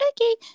okay